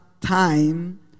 time